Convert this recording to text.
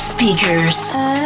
speakers